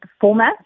format